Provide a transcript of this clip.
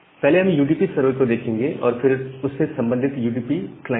पहले हम UDP server को देखेंगे और फिर उससे संबंधित यूडीपी क्लाइंट को